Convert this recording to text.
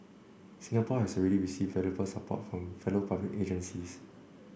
Singapore has already received valuable support from fellow public agencies